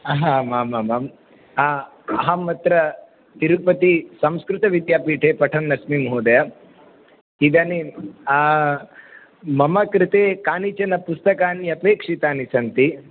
आमामाम् अहमत्र तिरुपतिसंस्कृतविद्यापीठे पठन्नस्मि महोदय इदानीं मम कृते कानिचन पुस्तकानि अपेक्षितानि सन्ति